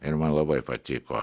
ir man labai patiko